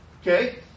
Okay